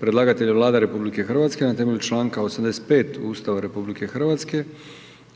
pročitao i ostali klubovi na temelju članka 85. Ustava RH